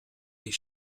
est